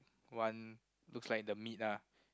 one looks like the meat ah